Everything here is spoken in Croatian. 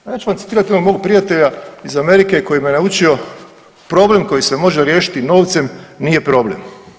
A ja ću vam citirati jednog mog prijatelja iz Amerike koji me naučio problem koji se može riješiti novcem nije problem.